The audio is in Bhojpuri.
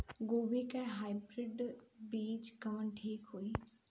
गोभी के हाईब्रिड बीज कवन ठीक होई?